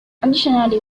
additionally